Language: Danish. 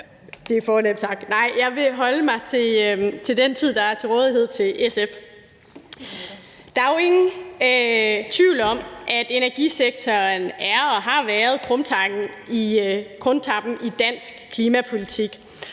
mine 10 minutter – nej, jeg vil holde mig til den tid, der er til rådighed for SF. Der er jo ingen tvivl om, at energisektoren er og har været krumtappen i dansk klimapolitik,